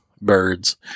birds